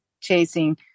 chasing